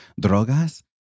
Drogas